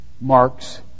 marks